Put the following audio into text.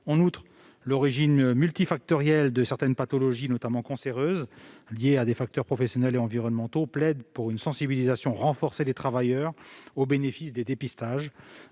En outre, l'origine multifactorielle de certaines pathologies, notamment cancéreuses, liées à des facteurs professionnels et environnementaux, plaide pour une sensibilisation renforcée des travailleurs au bénéfice des dépistages.